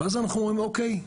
ואז אנחנו אומרים אוקיי,